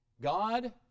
God